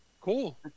cool